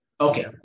Okay